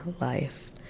life